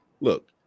Look